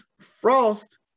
Frost